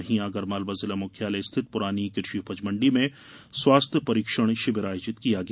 वहीं आगरमालवा जिला मुख्यालय स्थित पुरानी कृषि उपज मंडी में स्वास्थ्य परीक्षण शिविर आयोजित किया गया